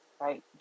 right